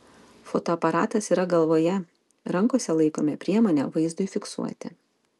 fotoaparatas yra galvoje rankose laikome priemonę vaizdui fiksuoti